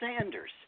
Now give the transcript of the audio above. Sanders